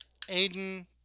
Aiden